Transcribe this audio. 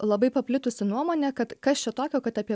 labai paplitusi nuomonė kad kas čia tokio kad apie